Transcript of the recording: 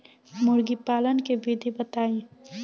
मुर्गीपालन के विधी बताई?